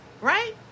right